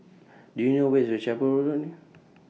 Do YOU know Where IS The Chapel Road